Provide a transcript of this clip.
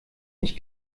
ich